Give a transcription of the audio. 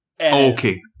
Okay